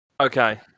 Okay